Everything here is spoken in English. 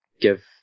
give